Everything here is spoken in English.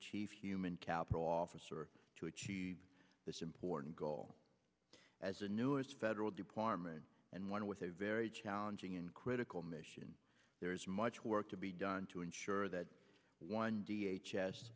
chief human capital officer to achieve this important goal as a new as federal department and one with a very challenging and critical mission there is much work to be done to ensure that one d h s